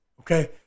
Okay